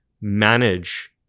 manage